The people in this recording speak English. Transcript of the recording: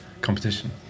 competition